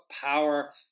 power